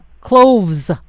cloves